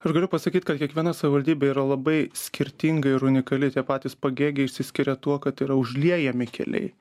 aš galiu pasakyt kad kiekviena savivaldybė yra labai skirtinga ir unikali tie patys pagėgiai išsiskiria tuo kad yra užliejami keliai